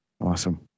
Awesome